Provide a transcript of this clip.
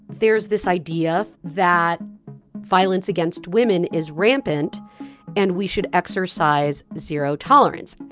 there's this idea that violence against women is rampant and we should exercise zero tolerance.